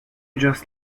just